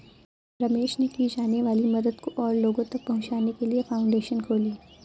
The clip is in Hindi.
रमेश ने की जाने वाली मदद को और लोगो तक पहुचाने के लिए फाउंडेशन खोली